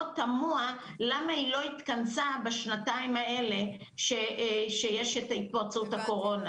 תמוה למה היא לא התכנסה בשנתיים האלה שיש את התפרצות הקורונה.